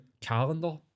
calendar